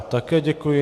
Také děkuji.